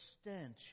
stench